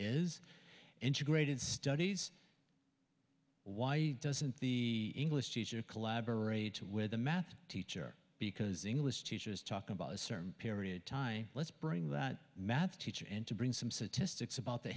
is integrated studies why doesn't the english teacher collaborate with a math teacher because english teachers talk about a certain period of time let's bring that math teacher in to bring some statistics about the